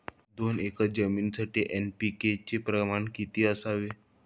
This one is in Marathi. दोन एकर जमिनीसाठी एन.पी.के चे प्रमाण किती असावे?